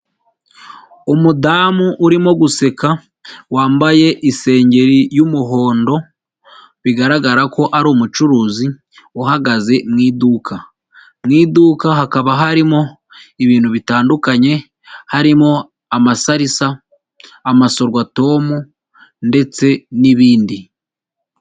Umudamu urimo guseka, wambaye isengeri y'umuhondo, bigaragara ko ari umucuruzi uhagaze mu iduka. Mu iduka hakaba harimo ibintu bitandukanye, harimo amasarisa, amasorwatomu ndetse n'ibindi.